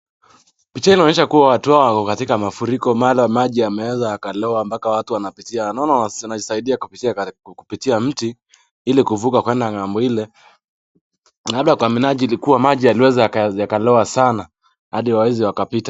Picha hii inaonyesha watu hawa wako kaitika mafuriko mahali maji yameeza yakalowa mpaka watu wanaweza wakapitia, naona wnajisaidia kupitia katika mti, ili kuvuka kwenda ng'ambo ile, labda kwa minajili kuwa maji yaliweza yakalowa ,sana hadi hawawezi wakapita.